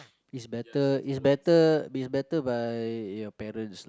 is better is better is better by your parents lah